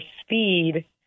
speed